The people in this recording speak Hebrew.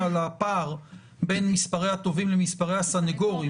על הפער בין מספרי התובעים למספרי הסנגורים,